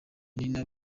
nina